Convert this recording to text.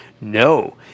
No